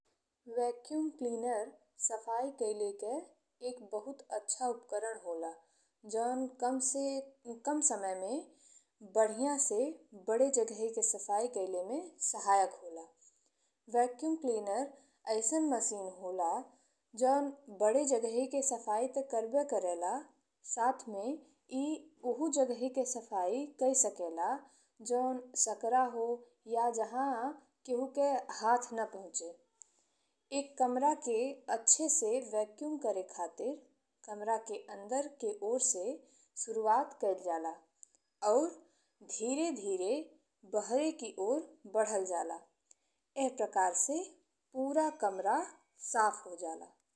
Vacuum cleaner सफाई कइले के एक बहुत अच्छा उपकरण होला जौन कम से कम समय में बढ़िया से बड़े जगही के सफाई कइले में सहायक होला। वेकक्युम क्लीनर अइसन मशीन होला जौन बड़े जगही के सफाई ते करावे करे ला साथ में ए उहाँ जगही के सफाई कई सजेला जौन सकरा हो या जहाँ कहू के हाथ ने पहुंचे। एक कमरा के अच्छे से वेकक्युम करेके खातिर कमरा के अंदर के ओर से शुरुआत कइल जाला और धीरे धीरे बाहरे के ओर बढ़ल जाला। एह प्रकार से पूरा कमरा साफ हो जाला।